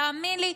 תאמין לי,